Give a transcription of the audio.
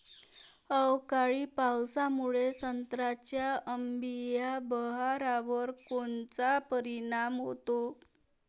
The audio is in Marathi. अवकाळी पावसामुळे संत्र्याच्या अंबीया बहारावर कोनचा परिणाम होतो?